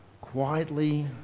quietly